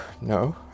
no